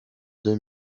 deux